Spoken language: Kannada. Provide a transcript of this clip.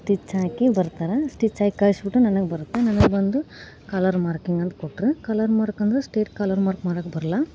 ಸ್ಟಿಚ್ ಹಾಕಿ ಬರ್ತಾರೆ ಸ್ಟಿಚ್ ಹಾಕಿ ಕಳಿಸ್ಬಿಟ್ಟು ನನಗೆ ಬರುತ್ತೆ ನನಗೆ ಬಂದು ಕಾಲರ್ ಮಾರ್ಕಿಂಗ್ ಅಂತ ಕೊಟ್ರು ಕಾಲರ್ ಮಾರ್ಕ್ ಅಂದ್ರೆ ಸ್ಟೈಟ್ ಕಾಲರ್ ಮಾರ್ಕ್ ಮಾಡೋದು ಬರಲ್ಲ